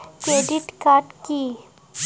Credit card key?